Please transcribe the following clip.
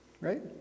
Right